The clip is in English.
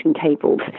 cables